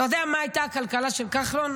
אתה יודע מה הייתה הכלכלה של כחלון?